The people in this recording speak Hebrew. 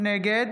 נגד